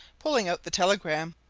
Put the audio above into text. pulling out the telegram.